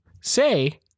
say